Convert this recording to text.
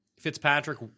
Fitzpatrick